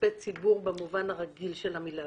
כספי ציבור במובן הרגיל של המילה.